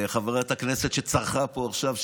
לחברת הכנסת שצרחה פה עכשיו,